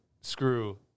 screw